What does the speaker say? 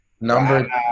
Number